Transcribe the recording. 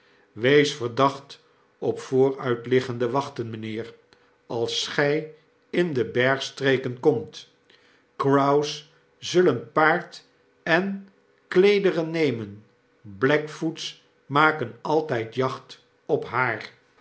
wees verdacht op vooruitliggende wachten mynheer als gij inbergstreken komt crows zullen paard en kleederen nemen blackfoots maken altijd jacht op haar